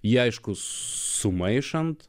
ji aišku sumaišant